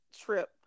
trip